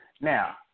Now